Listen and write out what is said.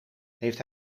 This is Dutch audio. heeft